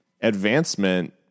advancement